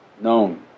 known